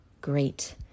great